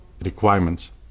requirements